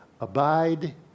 Abide